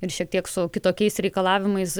ir šiek tiek su kitokiais reikalavimais